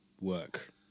work